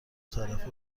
طرفه